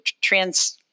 trans